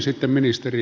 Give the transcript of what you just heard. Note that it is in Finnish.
sitten ministeri